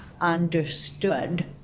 understood